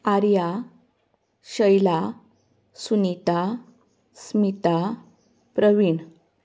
Arya Shaila Sunita Smita Pravin